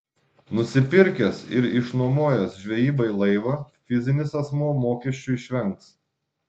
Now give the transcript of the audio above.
nusipirkęs ir išnuomojęs žvejybai laivą fizinis asmuo mokesčių išvengs